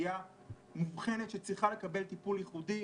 כאוכלוסייה מאובחנת שצריכה לקבל טיפול ייחודי,